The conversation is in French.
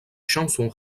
chanson